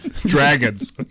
dragons